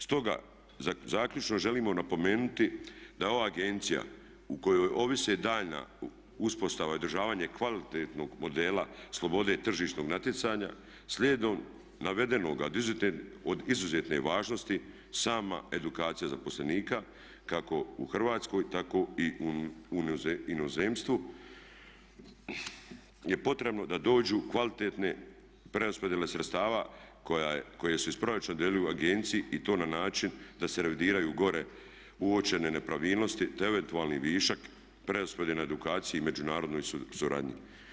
Stoga zaključno želimo napomenuti da je ova agencija o kojoj ovise daljnja uspostava i održavanje kvalitetnog modela slobode tržišnog natjecanja slijedom navedenoga od izuzetne je važnosti sama edukacija zaposlenika kako u Hrvatskoj tako i u inozemstvu je potrebno da dođu kvalitetne preraspodjele sredstva koje se iz proračuna dodjeljuju agenciji i to na način da se revidiraju gore uočene nepravilnosti te eventualni višak preraspodjele na edukaciji i međunarodnoj suradnji.